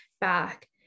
back